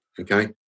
okay